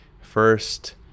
first